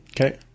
Okay